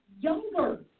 younger